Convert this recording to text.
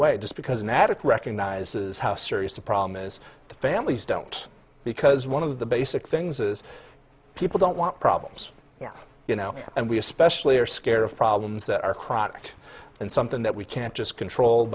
way just because an addict recognizes how serious a problem is the families don't because one of the basic things is people don't want problems you know you know and we especially are scared of problems that are crocked and something that we can't just controlled